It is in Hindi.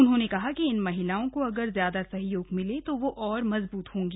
उन्होंने कहा कि इन महिलाओं को अगर ज्यादा सहयोग मिले तो वो और मजबूत होंगी